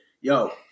Yo